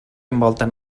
envolten